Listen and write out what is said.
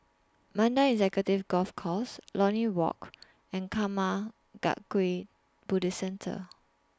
Mandai Executive Golf Course Lornie Walk and Karma Kagyud Buddhist Centre